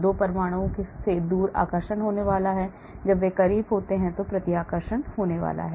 2 परमाणुओं से दूर आकर्षण होने वाला है और जब वे करीब होते हैं तो प्रतिकर्षण होने वाला है